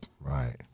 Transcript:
Right